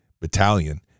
battalion